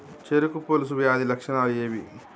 చెరుకు పొలుసు వ్యాధి లక్షణాలు ఏవి?